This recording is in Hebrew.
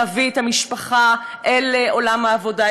להביא את המשפחה אל עולם העבודה,